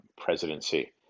presidency